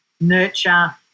nurture